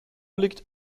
liegt